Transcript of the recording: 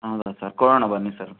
ಹೌದಾ ಸರ್ ಕೊಡೋಣ ಬನ್ನಿ ಸರ್